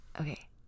okay